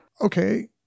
Okay